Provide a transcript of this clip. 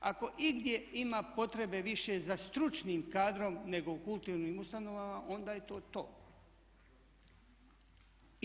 Ako igdje ima potrebe više za stručnim kadrom nego u kulturnim ustanovama onda je to to.